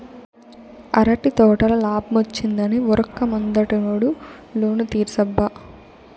అరటి తోటల లాబ్మొచ్చిందని ఉరక్క ముందటేడు లోను తీర్సబ్బా